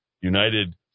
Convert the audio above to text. United